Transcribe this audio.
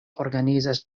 organizas